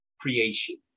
creation